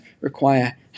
require